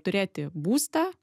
turėti būstą